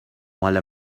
مال